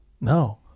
No